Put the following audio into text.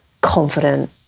Confident